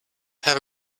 have